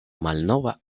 malnova